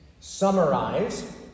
summarize